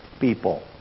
people